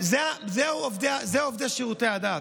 אלה עובדי שירותי הדת.